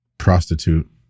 prostitute